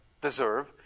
deserve